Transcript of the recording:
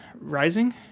Rising